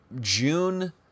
June